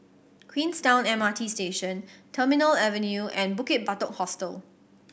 Queenstown M R T Station Terminal Avenue and Bukit Batok Hostel